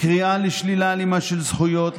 קריאה לשלילה אלימה של זכויות,